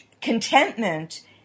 contentment